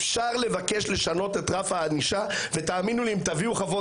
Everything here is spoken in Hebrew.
אפשר לבקש לשנות את רף הענישה ותאמינו לי אם תביאו חוות